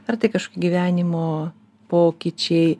ar tai gyvenimo pokyčiai